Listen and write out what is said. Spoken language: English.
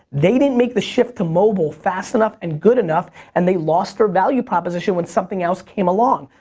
they didn't make the shift to mobile fast enough and good enough and they lost their value proposition when something else came along.